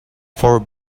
for